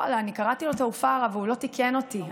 ואללה, אני קראתי לו טאופרה והוא לא תיקן אותי.